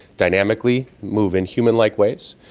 dynamically, move in human-like ways.